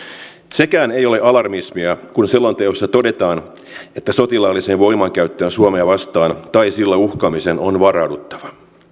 sekään ei ole alarmismia kun selonteossa todetaan että sotilaalliseen voimankäyttöön suomea vastaan tai sillä uhkaamiseen on varauduttava